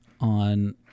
on